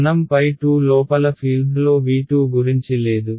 మనం 2 లోపల ఫీల్డ్లో V2 గురించి లేదు